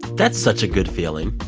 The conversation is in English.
that's such a good feeling